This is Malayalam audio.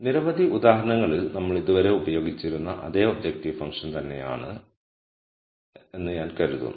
നിരവധി ഉദാഹരണങ്ങളിൽ നമ്മൾ ഇതുവരെ ഉപയോഗിച്ചിരുന്ന അതേ ഒബ്ജക്റ്റീവ് ഫംഗ്ഷൻ തന്നെയാണെന്ന് ഞാൻ കരുതുന്നു